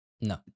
No